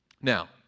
Now